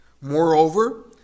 Moreover